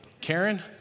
Karen